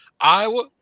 Iowa